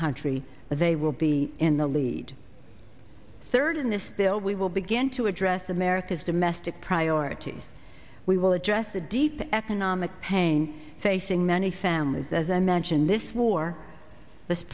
country but they will be in the lead third in this bill we will begin to address america's domestic priorities we will address the deep economic pain facing many families as i mentioned this war this